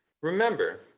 remember